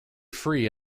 free